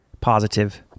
positive